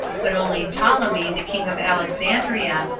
but only ptolemy, the king of alexandria,